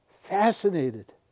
fascinated